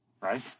right